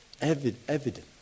evident